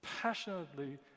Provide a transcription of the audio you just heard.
passionately